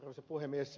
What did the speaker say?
arvoisa puhemies